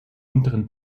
unteren